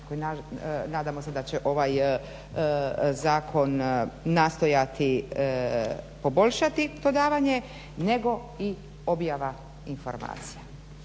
nadamo se da će ovaj zakon nastojati poboljšati to davanje nego i objava informacija.